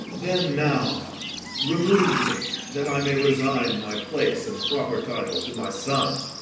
then now remove me, that i may resign my place and proper title to my son